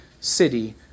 city